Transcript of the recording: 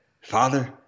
Father